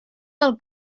del